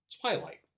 Twilight